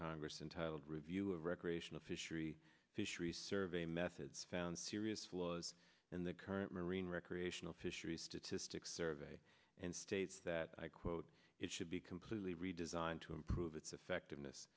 congress entitled review of recreational fishery fisheries survey methods found serious flaws in the current marine recreational fisheries statistics survey and states that i quote it should be completely redesigned to improve its